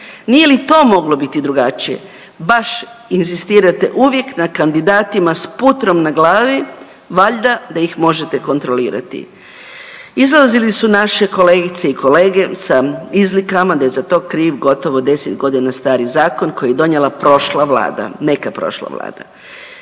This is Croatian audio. Nije li to moglo biti drugačije? Baš inzistirate uvijek na kandidatima s putrom na glavi, valjda da ih možete kontrolirati. Izlazili su naše kolegice i kolege sa izlikama da je za to kriv gotovo 10 godina stari zakon koji je donijela prošla vlada, neka prošla vlada.